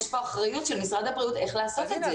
יש כאן אחריות של משרד הבריאות איך לעשות את זה.